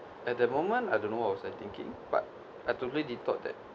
at the moment I don't know what was I thinking but I totally did thought that